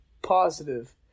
positive